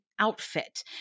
outfit